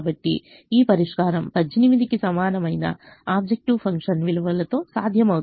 కాబట్టి ఈ పరిష్కారం 18 కి సమానమైన ఆబ్జెక్టివ్ ఫంక్షన్ విలువతో సాధ్యమవుతుంది